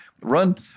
run